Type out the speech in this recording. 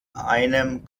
einem